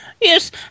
Yes